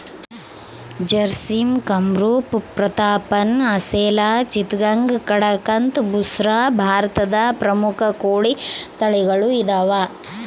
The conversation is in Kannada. ಜರ್ಸಿಮ್ ಕಂರೂಪ ಪ್ರತಾಪ್ಧನ್ ಅಸೆಲ್ ಚಿತ್ತಗಾಂಗ್ ಕಡಕಂಥ್ ಬುಸ್ರಾ ಭಾರತದ ಪ್ರಮುಖ ಕೋಳಿ ತಳಿಗಳು ಇದಾವ